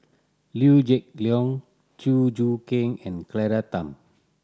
Liew Geok Leong Chew Choo Keng and Claire Tham